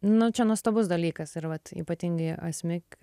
nu čia nuostabus dalykas ir vat ypatingai asmik